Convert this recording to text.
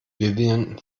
vivien